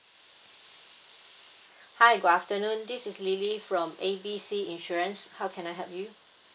hi good afternoon this is lily from A B C insurance how can I help you